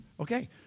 Okay